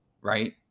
right